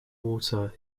water